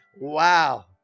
Wow